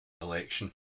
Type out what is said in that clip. election